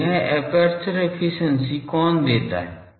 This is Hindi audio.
तो यह एपर्चर एफिशिएंसी कौन देता है